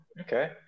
Okay